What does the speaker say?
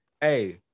Hey